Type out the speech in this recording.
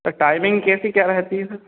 तो टाइमिंग कैसी क्या रहती है सर